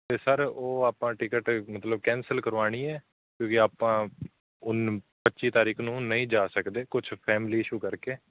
ਅਤੇ ਸਰ ਉਹ ਆਪਾਂ ਟਿਕਟ ਮਤਲਬ ਕੈਂਸਲ ਕਰਵਾਉਣੀ ਹੈ ਕਿਉਂਕਿ ਆਪਾਂ ਹੁਣ ਪੱਚੀ ਤਾਰੀਕ ਨੂੰ ਨਹੀਂ ਜਾ ਸਕਦੇ ਕੁਝ ਫੈਮਿਲੀ ਇਸ਼ੂ ਕਰਕੇ